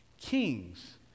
kings